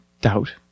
doubt